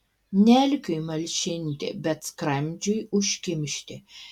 ne alkiui malšinti bet skrandžiui užkimšti